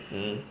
mm